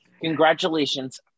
congratulations